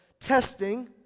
testing